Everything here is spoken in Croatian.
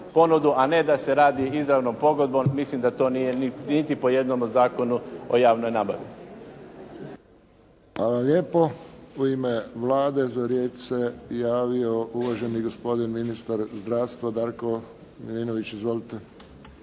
a ne da se radi izravno pogodbom. Mislim da to nije niti po jednom Zakonu o javnoj nabavi. **Friščić, Josip (HSS)** Hvala lijepo. U ime Vlade za riječ se javio uvaženi gospodin ministar zdravstva Darko Milinović. Izvolite.